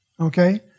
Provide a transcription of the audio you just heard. Okay